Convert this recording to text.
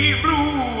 blue